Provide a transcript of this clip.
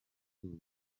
izuba